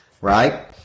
right